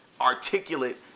articulate